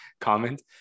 comment